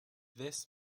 this